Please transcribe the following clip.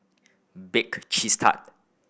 Bake Cheese Tart